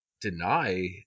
deny